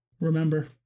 Remember